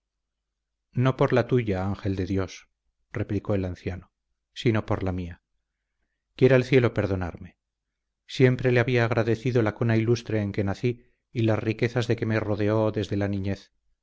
no por la tuya ángel de dios replicó el anciano sino por la mía quiera el cielo perdonarme siempre le había agradecido la cuna ilustre en que nací y las riquezas de que me rodeó desde la niñez